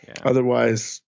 Otherwise